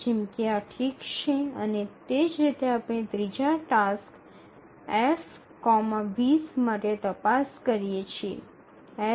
જેમ કે આ ઠીક છે અને તે જ રીતે આપણે ત્રીજા ટાસ્ક F ૨0 માટે તપાસ કરીએ છીએ